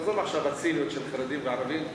עזוב עכשיו את הציניות של חרדים וערבים.